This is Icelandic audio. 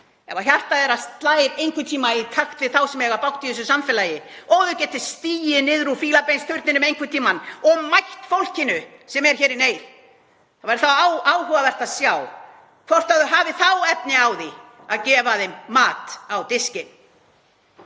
ef hjarta þeirra slær einhvern tíma í takt við þá sem eiga bágt í þessu samfélagi og þau geti stigið niður úr fílabeinsturninum einhvern tímann og mætt fólkinu sem er í neyð, það væri þá áhugavert að sjá hvort þau hafi þá efni á því að gefa þeim mat á diskinn.